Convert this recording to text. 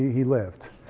he lived.